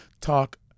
talk